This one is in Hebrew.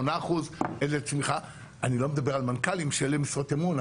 אני לא מדבר על מנכ"לים שאלה משרות אמון,